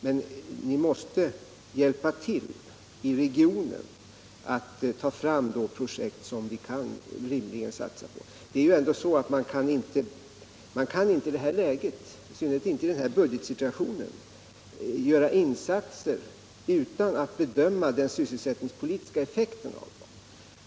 Men ni måste hjälpa till i regionen att ta fram de projekt som vi rimligen kan satsa på. Jag kan inte i det här läget, i synnerhet inte i den här budgetsituationen, göra insatser utan att bedöma den sysselsättningspolitiska effekten.